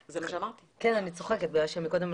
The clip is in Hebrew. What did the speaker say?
בבקשה.